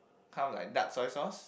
kind of like dark soy sauce